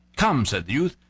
come, said the youth,